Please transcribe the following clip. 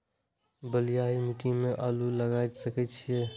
बलवाही मिट्टी में आलू लागय सके छीये?